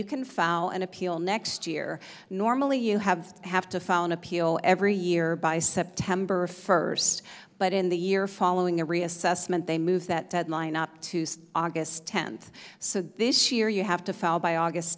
you can file an appeal next year normally you have have to file an appeal every year by september first but in the year following a reassessment they move that deadline up to say august tenth so this year you have to file by august